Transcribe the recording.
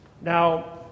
Now